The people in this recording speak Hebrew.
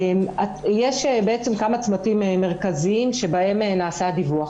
יש כמה צמתים מרכזיים שבהם נעשה הדיווח.